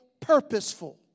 purposeful